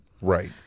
Right